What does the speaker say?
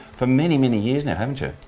for many, many years now haven't you?